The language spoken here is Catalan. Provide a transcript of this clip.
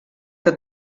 que